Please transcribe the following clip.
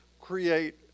create